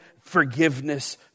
forgiveness